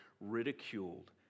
ridiculed